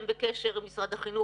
אתם בקשר עם משרד החינוך,